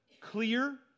clear